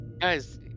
Guys